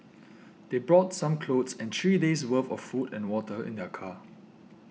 they brought some clothes and three days' worth of food and water in their car